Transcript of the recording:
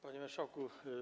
Panie Marszałku!